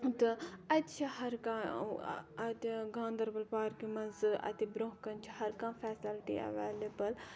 تہٕ اَتہِ چھِ ہَر کانٛہہ اَتہِ گاندَربَل پارکہِ مَنٛز اَتہِ برونٛہہ کَنۍ چھِ ہَر کانٛہہ فیسَلٹی ایویلیبٕل